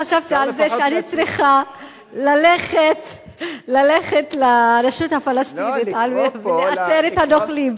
אני לא חשבתי על זה שאני צריכה ללכת לרשות הפלסטינית לאתר את הנוכלים.